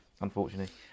unfortunately